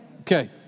Okay